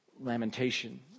lamentation